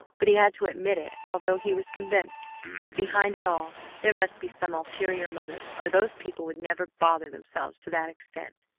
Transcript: but he had to admit it, although he was convinced that behind it all there must be some ulterior motive or those people would never bother themselves to that extent.